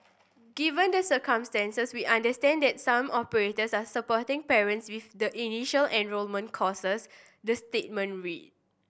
given the circumstances we understand that some operators are supporting parents with the initial enrolment costs the statement read